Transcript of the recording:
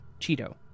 Cheeto